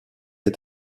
est